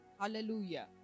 Hallelujah